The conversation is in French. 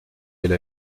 elle